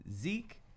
Zeke